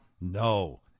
No